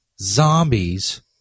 zombies